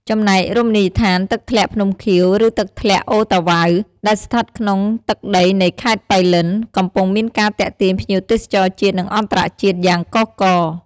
ចំណែក រមណីយដ្ឋាន «ទឹកធ្លាក់ភ្នំខៀវ ឬទឹកធ្លាក់អូរតាវ៉ៅ» ដែលស្ថិតក្នុងទឹកដីនៃខេត្តប៉ៃលិន កំពុងមានការទាក់ទាញភ្ញៀវទេសចរជាតិ និងអន្តរជាតិយ៉ាងកុះករ។